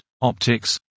optics